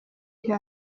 vya